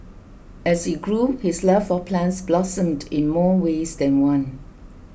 as he grew his love for plants blossomed in more ways than one